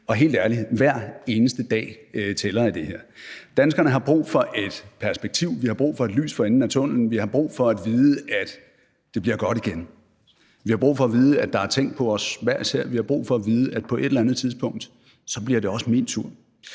Og helt ærligt: Hver eneste dag tæller i det her. Danskerne har brug for et perspektiv, vi har brug for et lys for enden af tunnellen, og vi har brug for at vide, at det bliver godt igen. Vi har brug for at vide, at der er tænkt på os hver især, og vi har brug for at vide, at det på et eller andet tidspunkt også bliver min tur.